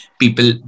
people